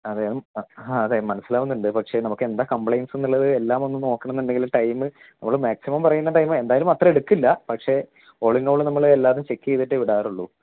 അറിയാം ആ അതെ മനസ്സിലാവുന്നുണ്ട് പക്ഷെ നമുക്കെന്താ കംപ്ലെയ്ൻസ് എന്നുള്ളത് എല്ലാമൊന്ന് നോക്കണമെന്നുണ്ടെങ്കിൽ ടൈമ് നമ്മൾ മാക്സിമം പറയുന്ന ടൈമ് എന്തായാലും അത്ര എടുക്കില്ല പക്ഷെ ഒളിന്നോള് നമ്മൾ എല്ലാതും ചെക്ക് ചെയ്തിട്ടേ വിടാറുള്ളൂ